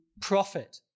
profit